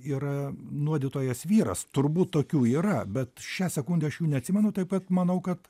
yra nuodytojas vyras turbūt tokių yra bet šią sekundę aš jų neatsimenu taip kad manau kad